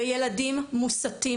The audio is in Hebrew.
ילדים מוסתים,